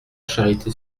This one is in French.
charité